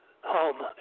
home